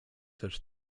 też